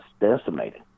decimated